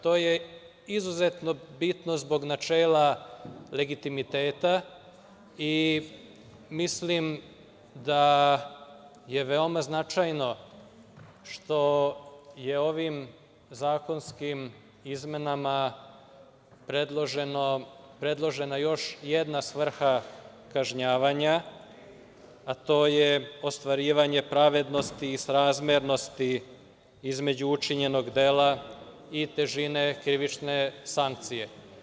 To je izuzetno bitno zbog načela legitimiteta i mislim da je veoma značajno što je ovim zakonskim izmenama predložena još jedna svrha kažnjavanja, a to je ostvarivanje pravednosti i srazmernosti između učinjenog dela i težine krivične sankcije.